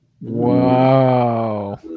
Wow